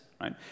right